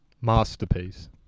Masterpiece